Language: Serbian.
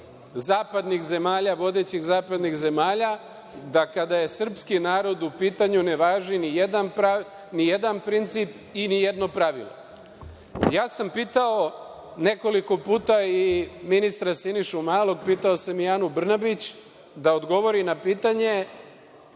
da je princip vodećih zapadnih zemalja da kada je srpski narod u pitanju ne važi ni jedan princip i ni jedno pravilo. Ja sam pitao nekoliko puta i ministra Sinišu Malog, pitao sam i Anu Brnabić, da odgovori na pitanje